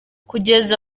kugeza